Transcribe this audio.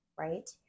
right